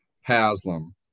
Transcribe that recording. Haslam